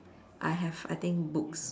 I have I think books